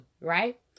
right